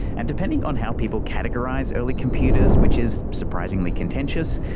and depending on how people categorise early computers, which is surprisingly contentious,